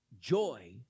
joy